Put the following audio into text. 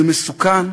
זה מסוכן,